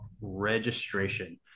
registration